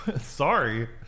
Sorry